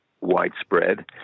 widespread